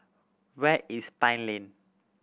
where is Pine Lane